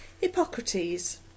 Hippocrates